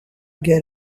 get